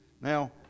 Now